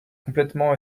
complètement